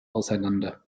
auseinander